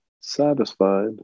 satisfied